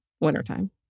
wintertime